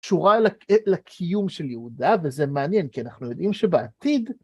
קשורה לקיום של יהודה, וזה מעניין, כי אנחנו יודעים שבעתיד...